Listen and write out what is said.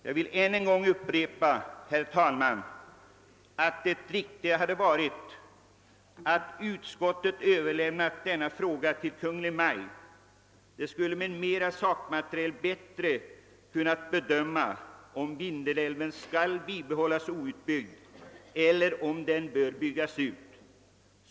Jag upprepar än en gång, herr talman, att det riktiga hade varit att utskottet överlämnat denna fråga till Kungl. Maj:t. Regeringen som har större sakmaterial till sitt förfogande kan bättre bedöma om Vindelälven skall behållas outbyggd eller om den bör byggas ut.